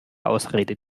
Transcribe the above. ausrede